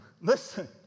Listen